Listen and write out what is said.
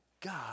God